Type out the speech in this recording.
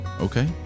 Okay